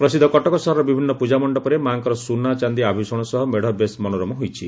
ପ୍ରସିଦ୍ଧ କଟକ ସହରର ବିଭିନ୍ନ ପୂକାମଣ୍ଡପରେ ମାଙ୍କର ସୁନା ଚାଦି ଆଭ୍ଷଣ ସହ ମେଢ଼ ବେଶ୍ ମନୋରମ ହୋଇଛି